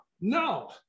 No